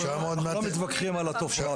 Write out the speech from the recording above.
אנחנו לא מתווכחים על הצומת.